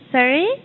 Sorry